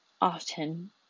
often